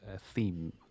theme